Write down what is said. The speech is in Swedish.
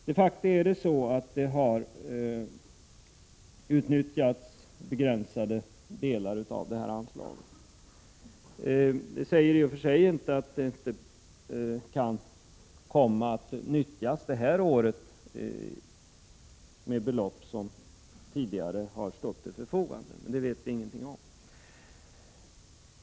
De facto är det så att begränsade delar av anslaget har utnyttjats. Det innebär emellertid i och för sig inte att anslaget inte kan komma att nyttjas under detta år med belopp som tidigare har stått till förfogande. Det vet vi ingenting om.